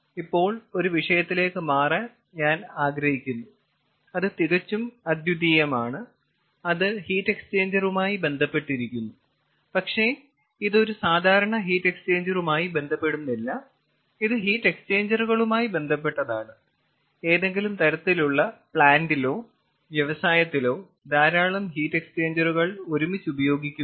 ഇപ്പോൾ ഒരു വിഷയത്തിലേക്ക് മാറാൻ ഞാൻ ഇഷ്ടപ്പെടുന്നു അത് തികച്ചും അദ്വിതീയമാണ് അത് ഹീറ്റ് എക്സ്ചേഞ്ചറുമായി ബന്ധപ്പെട്ടിരിക്കുന്നു പക്ഷേ ഇത് ഒരു സാധാരണ ഹീറ്റ് എക്സ്ചേഞ്ചറുമായി ബന്ധപ്പെടുന്നില്ല ഇത് ഹീറ്റ് എക്സ്ചേഞ്ചറുകളുമായി ബന്ധപ്പെട്ടതാണ് ഏതെങ്കിലും തരത്തിലുള്ള പ്ലാന്റിലോ വ്യവസായത്തിലോ ധാരാളം ഹീറ്റ് എക്സ്ചേഞ്ചറുകൾ ഒരുമിച്ചുപയോഗിക്കുമ്പോൾ